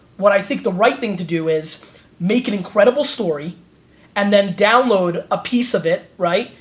what i think the right thing to do is make an incredible story and then download a piece of it, right?